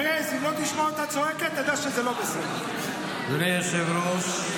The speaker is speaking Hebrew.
אדוני היושב-ראש,